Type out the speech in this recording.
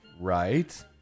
Right